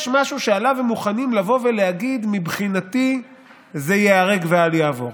יש משהו שעליו הם מוכנים לבוא ולהגיד: מבחינתי זה ייהרג ואל יעבור.